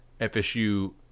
FSU